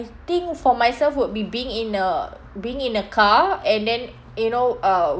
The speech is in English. think for myself would be being in a being in a car and then you know uh